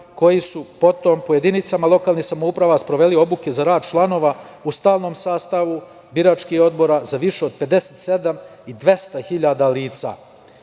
koji su potom po jedinicama lokalnih samouprava sproveli obuke za rad članova u stalnom sastavu biračkih odbora za više od 57 i 200 hiljada